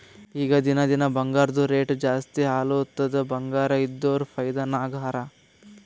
ಈಗ ದಿನಾ ದಿನಾ ಬಂಗಾರ್ದು ರೇಟ್ ಜಾಸ್ತಿ ಆಲತ್ತುದ್ ಬಂಗಾರ ಇದ್ದೋರ್ ಫೈದಾ ನಾಗ್ ಹರಾ